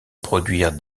produire